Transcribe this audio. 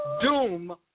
Doom